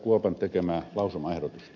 kuopan tekemää lausumaehdotusta